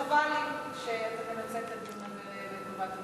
חבל לי שאתה מנצל את הדיון הזה לטובת,